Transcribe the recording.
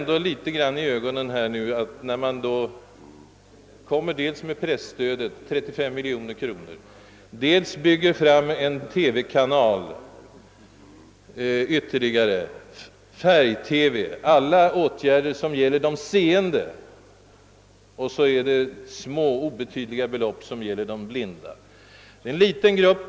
De relativt obetydliga belopp som ges åt de blinda sticker en smula i ögonen när man jämför dem med alla mycket kostnadskrävande åtgärder som vidtas för de seende: presstödet på 35 miljoner kronor, utbyggnaden av ytterligare en TV-kanal och införandet av färg-TV.